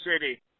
City